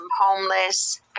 homeless